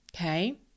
Okay